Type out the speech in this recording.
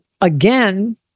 again